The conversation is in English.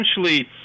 Essentially